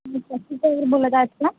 तुम्ही taxi driver बोलत आहात का